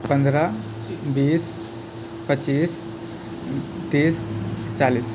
पन्द्रह बीस पचीस तीस चालीस